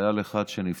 וחייל אחד שנפצע.